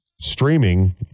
streaming